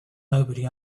nobody